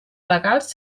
legals